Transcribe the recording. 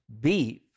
beef